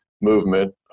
movement